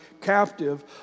captive